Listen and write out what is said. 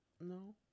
no